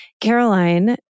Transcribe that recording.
Caroline